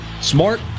smart